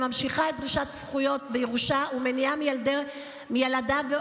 ונמשכת עם דרישת זכויות בירושה ומניעה מילדי והורי